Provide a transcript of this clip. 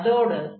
அதோடு ∇f